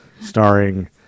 starring